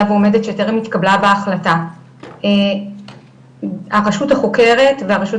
ועומדת שטרם התקבלה בה החלטה הרשות החוקרת והרשות